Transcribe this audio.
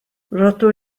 rydw